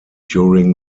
during